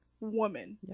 woman